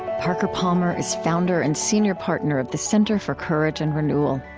parker palmer is founder and senior partner of the center for courage and renewal.